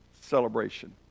celebration